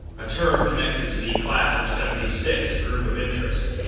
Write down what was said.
a term connected to the class of seventy six group of interest.